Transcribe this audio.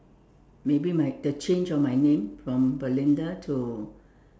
maybe my the change of my name from Belinda to